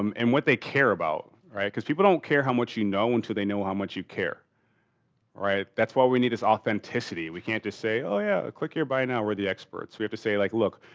um and what they care about, right. because people don't care how much you know until they know how much you care. all right. that's why we need is authenticity. we can't just say oh, yeah, click here, buy now. we're the experts. we have to say like look,